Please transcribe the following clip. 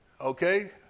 okay